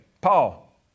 Paul